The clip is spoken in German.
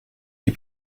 die